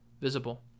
visible